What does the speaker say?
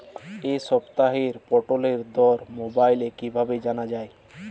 এই সপ্তাহের পটলের দর মোবাইলে কিভাবে জানা যায়?